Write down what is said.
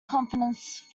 confidence